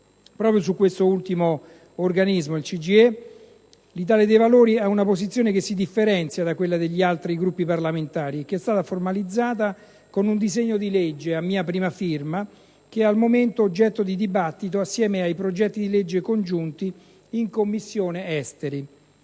Proprio su quest'ultimo organismo, il CGIE, l'Italia dei Valori ha una posizione che si differenzia da quella degli altri Gruppi parlamentari, che è stata formalizzata con un disegno di legge, a mia prima firma, che è al momento oggetto di dibattito, assieme ai progetti di legge congiunti, in Commissione affari